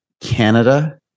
Canada